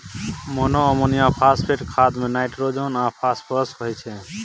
monoammonium phosphate खाद मे nitrogen आ फास्फोरस होइ छै